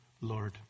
Lord